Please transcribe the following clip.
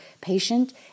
patient